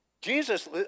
Jesus